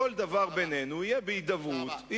כל דבר בינינו יהיה בהידברות,